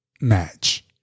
match